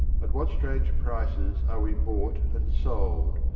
at what strange prices are we bought and sold.